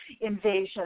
invasion